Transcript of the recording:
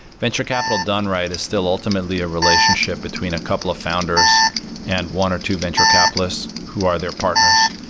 venture capital done right is still ultimately a relationship between a couple of founders and one or two venture capitalists who are their partners,